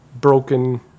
broken